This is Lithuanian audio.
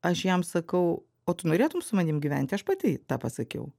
aš jam sakau o tu norėtum su manim gyventi aš pati tą pasakiau